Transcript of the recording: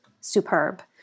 superb